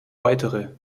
weitere